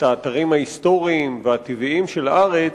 האתרים ההיסטוריים והטבעיים של הארץ,